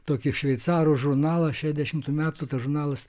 tokį šveicarų žurnalą šešiasdešimtų metų tas žurnalas